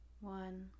One